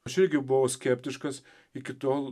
aš irgi buvau skeptiškas iki tol